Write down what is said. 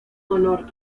honor